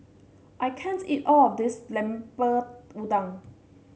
I can't eat all of this Lemper Udang